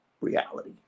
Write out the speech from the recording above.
reality